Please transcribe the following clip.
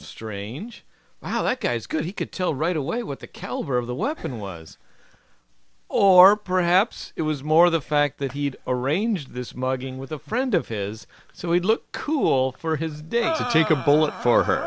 strange wow that guy was good he could tell right away what the caliber of the weapon was or perhaps it was more the fact that he'd arranged this mugging with a friend of his so he'd look cool for his